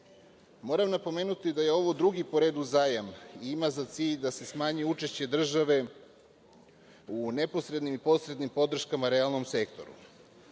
napomenuti da je ovo drugi po redu zajam i ima za cilj da se smanji učešće države u neposrednim i posrednim podrškama realnom sektoru.